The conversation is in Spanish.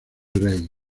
rey